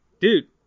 Dude